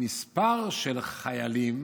המספר של החיילים